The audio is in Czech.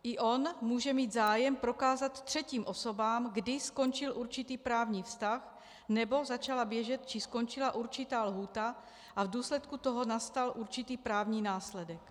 I on může mít zájem prokázat třetím osobám, kdy skončil určitý právní vztah nebo začala běžet či skončila určitá lhůta a v důsledku toho nastal určitý právní následek.